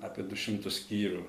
apie du šimtus skyrių